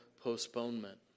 postponement